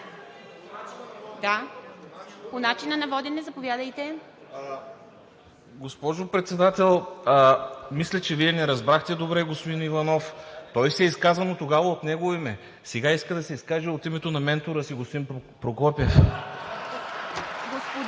По начина на водене, заповядайте ХАМИД ХАМИД: Госпожо Председател, мисля, че Вие не разбрахте добре господин Иванов. Той се изказа, но тогава от негово име. Сега иска да се изкаже от името на ментора си – господин Прокопиев. (Смях и